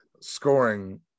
scoring